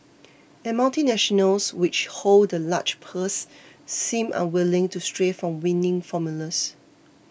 and multinationals which hold the large purses seem unwilling to stray from winning formulas